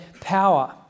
power